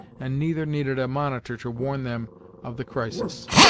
and neither needed a monitor to warn them of the crisis,